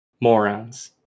morons